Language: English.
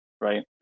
right